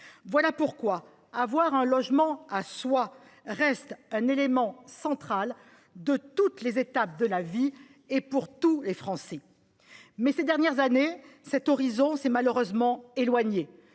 Voilà pourquoi avoir un logement à soi reste un élément central à toutes les étapes de la vie et pour tous les Français. Mais, ces dernières années, cet horizon s’est malheureusement éloigné.